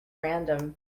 random